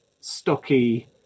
stocky